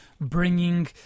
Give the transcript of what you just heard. bringing